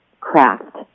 craft